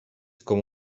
com